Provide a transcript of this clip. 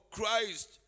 Christ